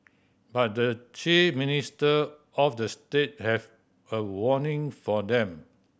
but the chief minister of the state have a warning for them